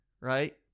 right